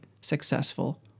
successful